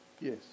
Yes